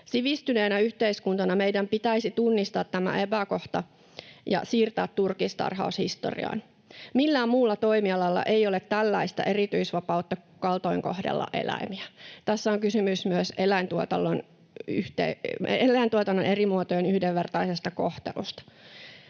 Sivistyneenä yhteiskuntana meidän pitäisi tunnistaa tämä epäkohta ja siirtää turkistarhaus historiaan. Millään muulla toimialalla ei ole tällaista erityisvapautta kaltoinkohdella eläimiä. Tässä on kysymys myös eläintuotannon eri muotojen yhdenvertaisesta kohtelusta.